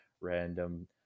random